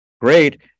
great